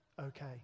okay